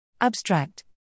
Abstract